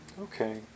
Okay